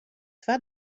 twa